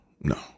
no